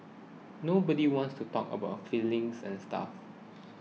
nobody wants to talk about feelings and stuff